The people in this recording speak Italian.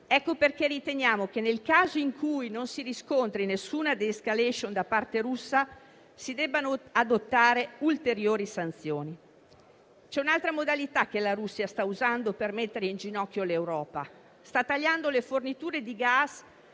Ecco perché riteniamo che, nel caso in cui non si riscontri alcuna *de escalation* da parte russa, si debbano adottare ulteriori sanzioni. C'è un'altra modalità che la Russia sta usando per mettere in ginocchio l'Europa: sta tagliando le forniture di gas